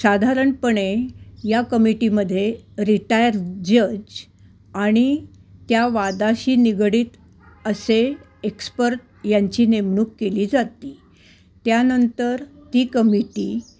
साधारणपणे या कमिटीमध्ये रिटायर जज आणि त्या वादाशी निगडीत असे एक्सपर्ट यांची नेमणूक केली जाते त्यानंतर ती कमिटी